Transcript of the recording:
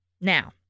Now